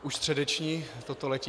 Už středeční, to to letí.